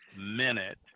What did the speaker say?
minute